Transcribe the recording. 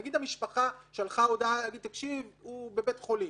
נגיד המשפחה שלחה הודעה שהוא בבית חולים,